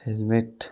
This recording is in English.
helmet